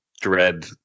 dread